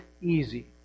easy